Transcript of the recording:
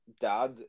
Dad